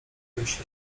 ilość